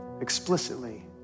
explicitly